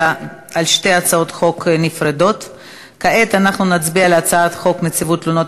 יש בינינו מחלוקות על היבטים שונים של הנציבות,